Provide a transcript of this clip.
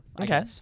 Okay